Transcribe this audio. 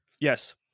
Yes